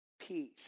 peace